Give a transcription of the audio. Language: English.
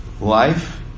life